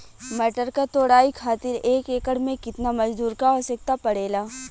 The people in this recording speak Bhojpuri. मटर क तोड़ाई खातीर एक एकड़ में कितना मजदूर क आवश्यकता पड़ेला?